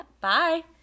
bye